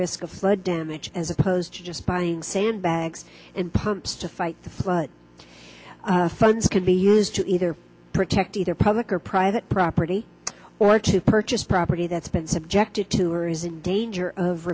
risk of flood damage as opposed to just buying sandbags and pumps to fight the flood funds could be used to either protect either public or private property or to purchase property that's been subjected to or is in danger of